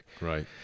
Right